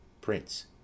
PRINCE